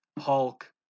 Hulk